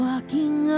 Walking